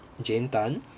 jane tan